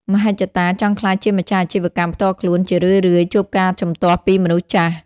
មហិច្ឆតាចង់ក្លាយជាម្ចាស់អាជីវកម្មផ្ទាល់ខ្លួន ជារឿយៗជួបការជំទាស់ពីមនុស្សចាស់។